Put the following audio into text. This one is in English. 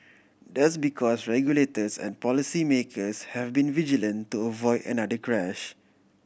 that's because regulators and policy makers have been vigilant to avoid another crash